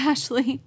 Ashley